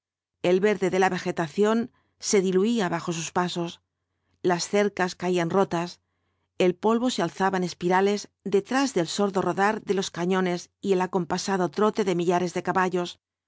el verde de la vegetación se diluía bajo sus pasos las cercas caían rotas el polvo se alzaba en espirales detrás del sordo rodar de los cañones y el acompasado trote de millares de caballos